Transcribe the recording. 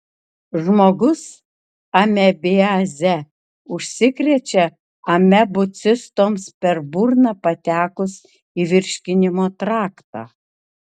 žmogus amebiaze užsikrečia amebų cistoms per burną patekus į virškinimo traktą